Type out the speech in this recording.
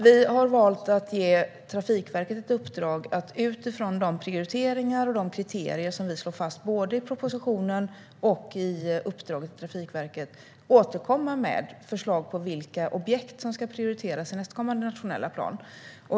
Vi har valt att ge Trafikverket i uppdrag att utifrån de prioriteringar och kriterier som vi slår fast både i propositionen och i uppdraget till Trafikverket återkomma med förslag på vilka objekt som ska prioriteras i nästkommande nationella plan.